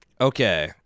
Okay